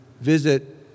visit